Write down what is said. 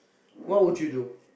what would you do